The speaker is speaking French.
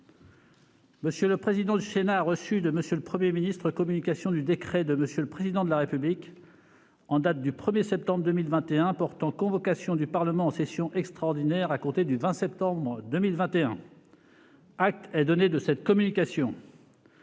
M. le président du Sénat a reçu de M. le Premier ministre communication du décret de M. le Président de la République en date du 1 septembre 2021 portant convocation du Parlement en session extraordinaire à compter du 20 septembre 2021. Acte est donné de cette communication.